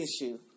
issue